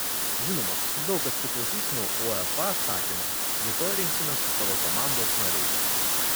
žinoma daug kas priklausys nuo uefa atsakymo rytoj rinksimės su savo komandos nariais